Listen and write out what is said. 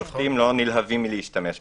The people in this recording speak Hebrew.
השופטים לא נלהבים משימוש בה.